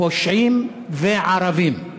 פושעים וערבים.